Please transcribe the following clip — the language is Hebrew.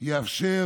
יאפשר